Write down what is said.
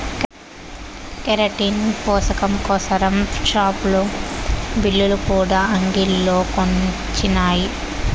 keratin పోసకం కోసరం షావులు, బిల్లులు కూడా అంగిల్లో కొచ్చినాయి